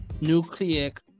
nucleic